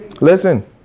listen